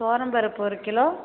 துவரம்பருப்பு ஒரு கிலோ